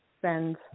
spend